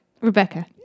Rebecca